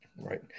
Right